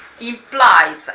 implies